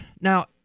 Now